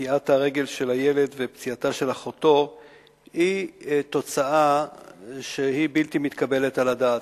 וקטיעת הרגל של הילד ופציעתה של אחותו היא בלתי מתקבלת על הדעת.